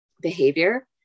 behavior